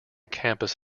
campus